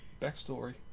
backstory